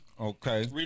Okay